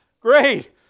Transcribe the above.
great